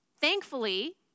Thankfully